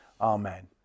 Amen